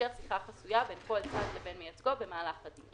את כל התקנות, גם את --- לדעתי